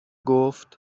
گفتقحطی